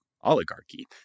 oligarchy